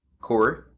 Corey